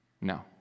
No